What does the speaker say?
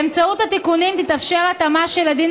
באמצעות התיקונים תתאפשר התאמה של הדין